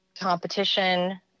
competition